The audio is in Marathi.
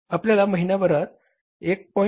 आपल्याला महिन्याभरात 1